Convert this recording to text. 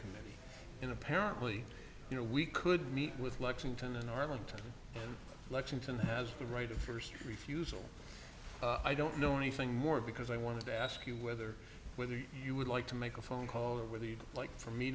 in apparently you know we could meet with lexington in arlington lexington has the right of first refusal i don't know anything more because i want to ask you whether whether you would like to make a phone call or whether you'd like for me